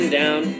down